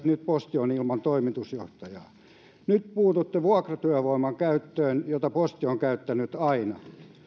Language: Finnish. nyt posti on ilman toimitusjohtajaa nyt puututte vuokratyövoiman käyttöön jota posti on käyttänyt aina